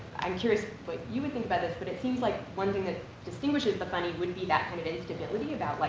i'm curious what you would think about this, but it seems like one thing that distinguishes the funny would be that kind of instability about like,